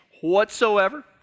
whatsoever